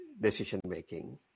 decision-making